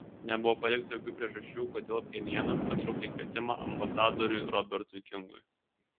nebuvo pateikta jokių priežasčių kodėl pchenjanas atšaukė kvietimą ambasadoriui robertui kingui